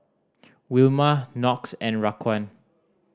Wilma Knox and Raquan